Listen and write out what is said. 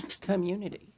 community